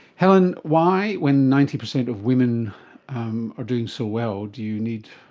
helen, why when ninety percent of women um are doing so well do you need,